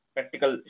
Practical